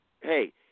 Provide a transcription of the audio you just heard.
hey